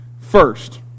first